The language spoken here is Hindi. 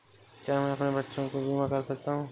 क्या मैं अपने बच्चों का बीमा करा सकता हूँ?